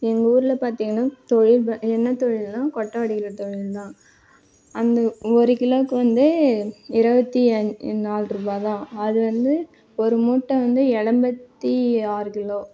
எங்கள் ஊரில் பார்த்தீங்கன்னா தொழில் ப என்ன தொழில்ன்னா கொட்டை அடிக்கிற தொழில்தான் அந்த ஒரு கிலோவுக்கு வந்து இருபத்தி அஞ் நாலு ரூபாய் தான் அது வந்து ஒரு மூட்டை வந்து எளம்பத்தி ஆறு கிலோ